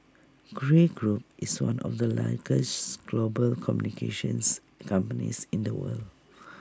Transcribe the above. Grey Group is one of the largest global communications companies in the world